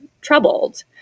troubled